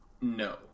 No